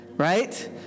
right